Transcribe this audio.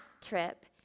trip